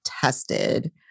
tested